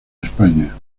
españa